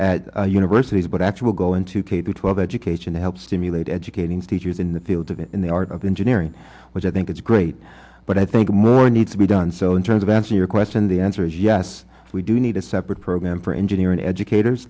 faculty at universities but actually go into k through twelve education to help stimulate educating teachers in the field of it in the art of engineering which i think it's great but i think more needs to be done so in terms of answer your question the answer is yes we do need a separate program for engineering educators